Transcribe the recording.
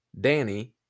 Danny